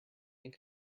ink